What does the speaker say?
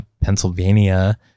Pennsylvania